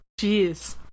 jeez